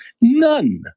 None